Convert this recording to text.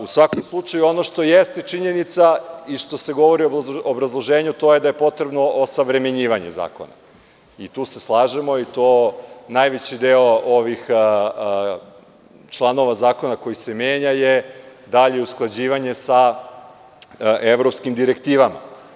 U svakom slučaju, ono što jeste činjenica i što se govori u obrazloženju, to je da je potrebno osavremenjivanje zakona i tu se slažemo i to najveći deo ovih članova zakona koji se menja je dalje usklađivanje sa evropskim direktivama.